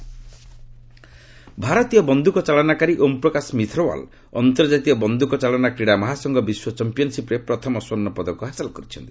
shooting medal ଭାରତୀୟ ବନ୍ଧକ ଚାଳଚନାକାରୀ ଓମ୍ପ୍ରକାଶ ମିଥରୱାଲ୍ ଅନ୍ତର୍ଜାତୀୟ ବନ୍ଧୁକ ଚାଳନା କ୍ରୀଡ଼ା ମହାସଂଘ ବିଶ୍ୱ ଚମ୍ପିୟନ୍ସିପ୍ରେ ପ୍ରଥମ ସ୍ୱର୍ଷପଦକ ହାସଲ କରିଛନ୍ତି